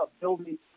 building